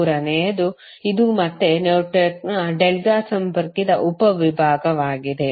ಮೂರನೆಯದು ಇದು ಮತ್ತೆ ನೆಟ್ವರ್ಕ್ನ ಡೆಲ್ಟಾ ಸಂಪರ್ಕಿತ ಉಪವಿಭಾಗವಾಗಿದೆ